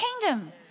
kingdom